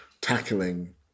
tackling